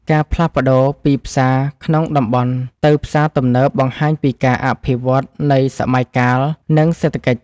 ការផ្លាស់ប្តូរពីផ្សារក្នុងតំបន់ទៅផ្សារទំនើបបង្ហាញពីការអភិវឌ្ឍនៃសម័យកាល និងសេដ្ឋកិច្ច។